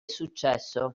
successo